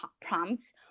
prompts